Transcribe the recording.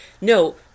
no